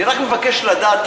אני רק מבקש לדעת,